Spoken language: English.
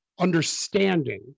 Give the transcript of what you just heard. understanding